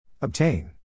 Obtain